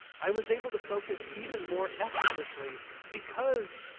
i was able to focus even more effortlessly because